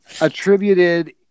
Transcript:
Attributed